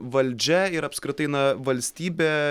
valdžia ir apskritai na valstybė